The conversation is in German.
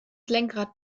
lenkrad